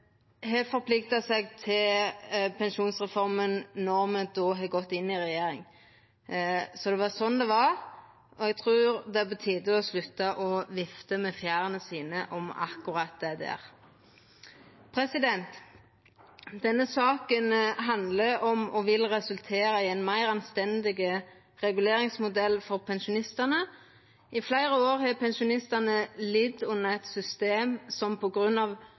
har forplikta seg til pensjonsreforma når me då har gått inn i regjering. Det var sånn det var, og eg trur det er på tide å slutta å vifta med fjørene sine om akkurat det der. Denne saka handlar om, og vil resultera i, ein meir anstendig reguleringsmodell for pensjonistane. I fleire år har pensjonistane lidd under eit system som